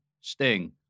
Sting